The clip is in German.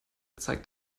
zeigt